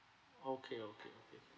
okay okay okay